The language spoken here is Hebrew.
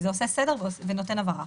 זה עושה סדר ונותן הבהרה.